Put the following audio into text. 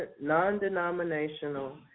Non-denominational